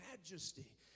majesty